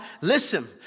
listen